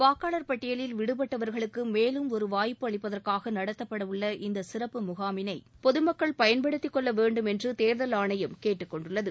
வாக்காளர் பட்டியலில் விடுபட்டவர்களுக்கு மேலும் ஒரு வாய்ப்பு அளிக்கும் நோக்கில் நடத்தப்படவுள்ள இந்த சிறப்பு முகாமினை பொதுமக்கள் பயன்படுத்தி கொள்ளவேண்டும் என்று தேர்தல் ஆணையம் கேட்டுக்கொண்டுள்ளது